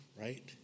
right